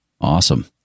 Awesome